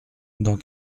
dans